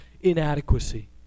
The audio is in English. inadequacy